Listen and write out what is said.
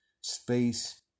space